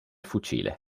fucile